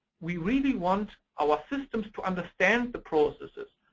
we really want our systems to understand the processes.